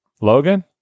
Logan